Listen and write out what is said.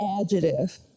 adjective